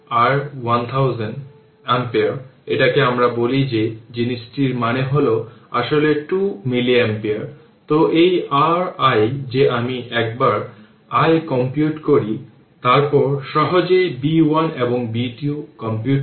সুতরাং এটি হল i t 2 5 e এর পাওয়ার এটি হল কারেন্ট ডিভিশন কেবলমাত্র এই 4 এর মধ্য দিয়ে প্রবাহিত কারেন্ট এবং 1 Ω প্যারালাল